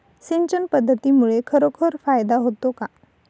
सिंचन पद्धतीमुळे खरोखर फायदा होतो का?